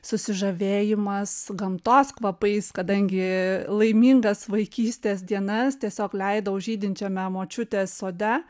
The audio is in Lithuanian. susižavėjimas gamtos kvapais kadangi laimingas vaikystės dienas tiesiog leidau žydinčiame močiutės sode